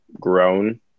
grown